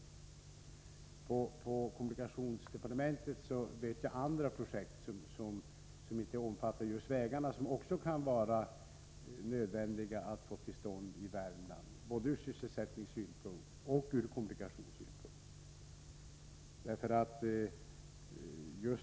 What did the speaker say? Jag vet andra projekt inom kommunikationsdepartementets område — som inte omfattar just vägar — som det också kan vara nödvändigt att vi får till stånd i Värmland, både ur sysselsättningssynpunkt och ur kommunikationssynpunkt.